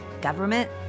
government